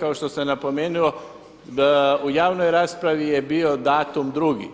Kao što sam napomenuo u javnoj raspravi je bio datum drugi